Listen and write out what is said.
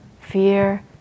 fear